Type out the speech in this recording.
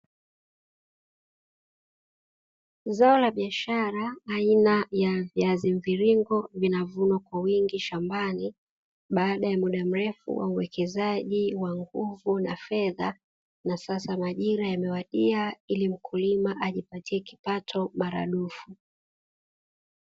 Zao la biashara aina ya viazi mviringo vinavunwa kwa wingi shambani, baada ya muda mrefu wa uwekezaji wa nguvu na fedha na sasa majira yamewadia ili mkulima ajipatie kipato maradufu.